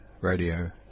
radio